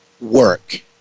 work